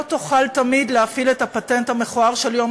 לא תוכל תמיד להפעיל את הפטנט המכוער של יום